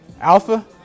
Alpha